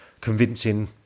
convincing